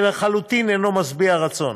שלחלוטין אינו משביע רצון.